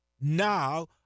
Now